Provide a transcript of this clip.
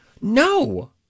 No